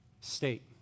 state